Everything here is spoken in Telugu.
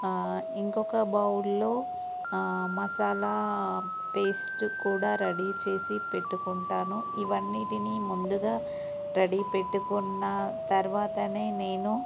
ఇంకొక బౌల్లో మసాలా పేస్ట్ కూడా రెడీ చేసి పెట్టుకుంటాను ఇవన్నిటిని ముందుగా రెడీ పెట్టుకున్న తర్వాతనే నేను